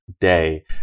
day